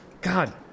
God